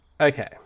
Okay